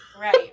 right